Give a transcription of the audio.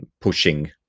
pushing